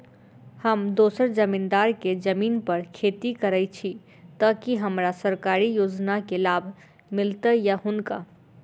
हम दोसर जमींदार केँ जमीन पर खेती करै छी तऽ की हमरा सरकारी योजना केँ लाभ मीलतय या हुनका?